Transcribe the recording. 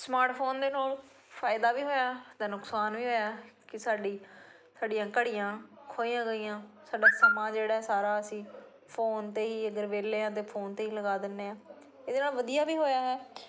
smartphone ਦੇ ਨਾਲ ਫਾਇਦਾ ਵੀ ਹੋਇਆ ਅਤੇ ਨੁਕਸਾਨ ਵੀ ਹੋਇਆ ਕਿ ਸਾਡੀ ਸਾਡੀਆਂ ਘੜੀਆਂ ਖੋਹੀਆਂ ਗਈਆਂ ਸਾਡਾ ਸਮਾਂ ਜਿਹੜਾ ਸਾਰਾ ਅਸੀਂ ਫੋਨ 'ਤੇ ਹੀ ਅਗਰ ਵਿਹਲੇ ਹਾਂ ਤਾਂ ਫੋਨ 'ਤੇ ਹੀ ਲਗਾ ਦਿੰਦੇ ਹਾਂ ਇਹਦੇ ਨਾਲ ਵਧੀਆ ਵੀ ਹੋਇਆ ਹੈ